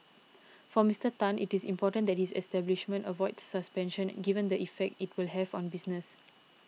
for Mister Tan it is important that his establishment avoids suspensions given the effect it will have on business